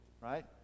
right